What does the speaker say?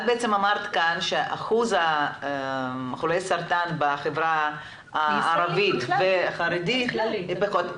את אמרת כאן שאחוז חולות סרטן בחברה הערבית והחרדית הוא פחות,